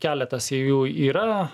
keletas į jų yra